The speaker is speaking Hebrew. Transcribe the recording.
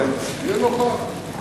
שכל מי שחותם יהיה נוכח.